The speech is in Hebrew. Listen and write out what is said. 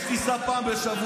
שיש טיסה אליה פעם בשבוע,